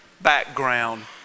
background